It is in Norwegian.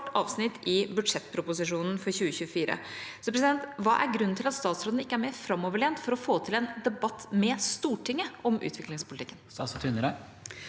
et kort, kort avsnitt i budsjettproposisjonen for 2024. Hva er grunnen til at statsråden ikke er mer framoverlent for å få til en debatt med Stortinget om utviklingspolitikken? Statsråd Anne